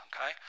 Okay